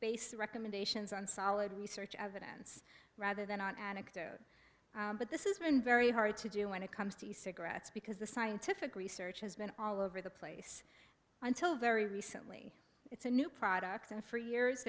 the recommendations on solid research evidence rather than anecdote but this is been very hard to do when it comes to cigarettes because the scientific research has been all over the place until very recently it's a new product and for years